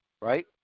right